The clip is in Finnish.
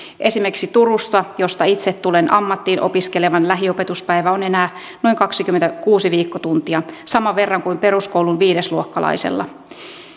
esimerkiksi turussa josta itse tulen ammattiin opiskelevalla lähiopetusta on enää noin kaksikymmentäkuusi viikkotuntia saman verran kuin peruskoulun viides luokkalaisella